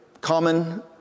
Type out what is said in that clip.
common